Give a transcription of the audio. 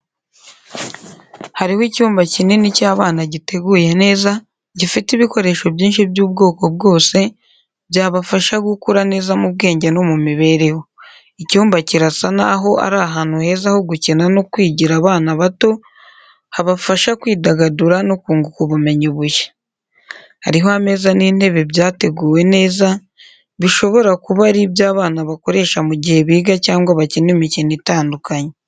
Hariho icyumba kinini cy'abana giteguye neza, gifite ibikoresho byinshi by'ubwoko bwose, byabafasha gukura neza mu bwenge no mu mibereho. Icyumba kirasa n'aho ari ahantu heza ho gukina no kwigira abana bato, habafasha kwidagadura no kunguka ubumenyi bushya. Hariho ameza n'intebe byateguwe neza, bishobora kuba ari ibyo abana bakoresha mu gihe biga cyangwa bakina imikino itandukanye.